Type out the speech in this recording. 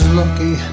lucky